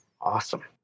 Awesome